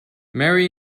marry